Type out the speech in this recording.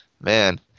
Man